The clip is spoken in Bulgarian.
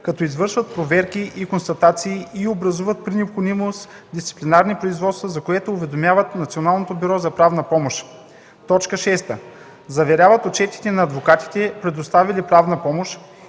като извършват проверки и констатации и образуват при необходимост дисциплинарни производства, за което уведомяват НБПП; 6. заверяват отчетите на адвокатите, предоставили правна помощ,